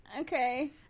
Okay